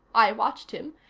i watched him,